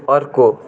अर्को